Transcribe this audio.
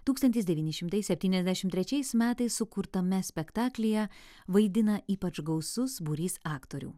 tūkstantis devyni šimtai septyniasdešimt trečiais metais sukurtame spektaklyje vaidina ypač gausus būrys aktorių